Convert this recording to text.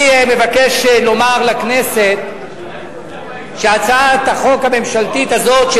אני מבקש לומר לכנסת שהצעת החוק הממשלתית הזאת,